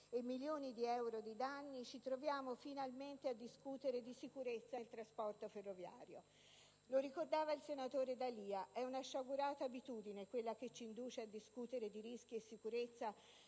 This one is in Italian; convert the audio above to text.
e milioni di euro di danni, ci troviamo finalmente a discutere di sicurezza nel trasporto ferroviario. Come ha ricordato il senatore D'Alia, è una sciagurata abitudine quella che ci induce a discutere di rischi e sicurezza